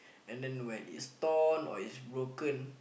and then when it's torn or when it's broken